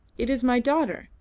it is my daughter,